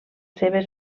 seves